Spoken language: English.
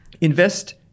invest